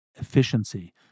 efficiency